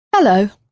hello.